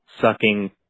sucking